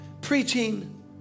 preaching